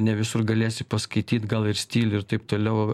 ne visur galėsi paskaityt gal ir stilių ir taip toliau